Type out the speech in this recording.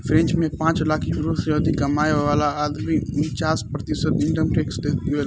French में पांच lakh euro से अधिक कमाए वाला आदमी उनन्चास प्रतिशत इनकम टैक्स देबेलन